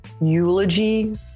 eulogy